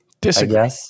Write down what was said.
Disagree